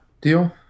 Deal